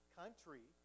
country